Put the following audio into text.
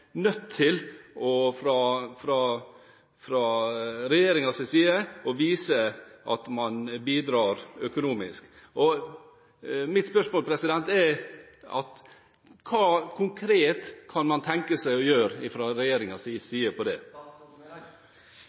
nødt til å vise at man bidrar økonomisk. Mitt spørsmål er: Hva konkret kan man fra regjeringens side tenke seg å gjøre med dette? For det